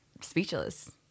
speechless